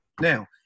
Now